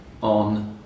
on